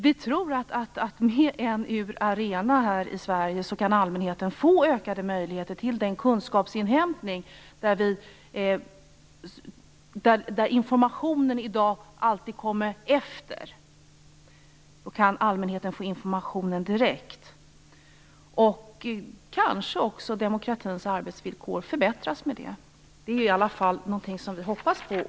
Vi tror att om vi får en UR-Arena här i Sverige så kan allmänheten få ökade möjligheter till kunskapsinhämtning och direkt information. I dag kommer informationen alltid efter. På det sättet kanske demokratins arbetsvillkor förbättras. Det är i alla fall något som vi hoppas på.